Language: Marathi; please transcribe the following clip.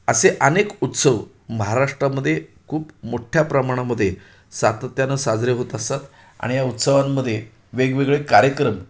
असे अनेक उत्सव महाराष्ट्रामध्ये खूप मोठ्या प्रमाणामध्ये सातत्यानं साजरे होत असतात आणि या उत्सवांमध्ये वेगवेगळे कार्यक्रम